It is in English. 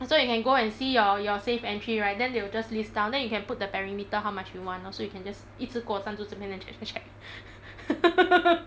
so you can go and see your your safe entry right then they will just list down then you can put the perimeter how much you want lor so you can just 一次过站住这边的 check check check